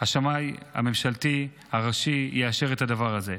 השמאי הממשלתי הראשי יאשר את הדבר הזה.